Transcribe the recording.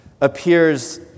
appears